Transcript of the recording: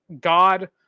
god